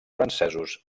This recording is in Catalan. francesos